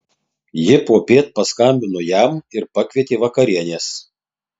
ji popiet paskambino jam ir pakvietė vakarienės